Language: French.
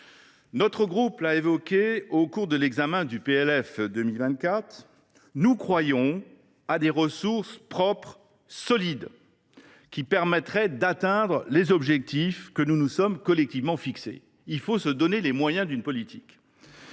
Notre groupe l’a évoquée au cours de l’examen du PLF 2024. Nous croyons à des ressources propres solides qui permettraient d’atteindre les objectifs que nous nous sommes fixés collectivement. Il faut se donner les moyens d’une politique.